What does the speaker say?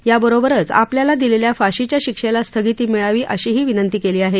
याबरोबरच आपल्याला दिलेल्या फाशीच्या शिक्षेला स्थगिती मिळावी अशीही विनंती केली आहे